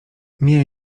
nie